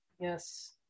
Yes